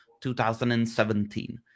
2017